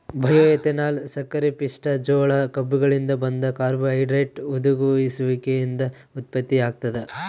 bioethanol ಸಕ್ಕರೆಪಿಷ್ಟ ಜೋಳ ಕಬ್ಬುಗಳಿಂದ ಬಂದ ಕಾರ್ಬೋಹೈಡ್ರೇಟ್ ಹುದುಗುಸುವಿಕೆಯಿಂದ ಉತ್ಪತ್ತಿಯಾಗ್ತದ